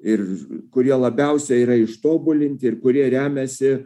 ir kurie labiausiai yra ištobulinti ir kurie remiasi